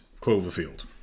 Cloverfield